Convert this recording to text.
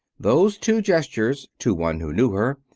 those two gestures, to one who knew her,